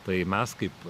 tai mes kaip